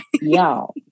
y'all